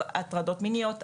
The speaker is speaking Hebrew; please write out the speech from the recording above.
הטרדות מיניות,